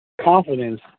Confidence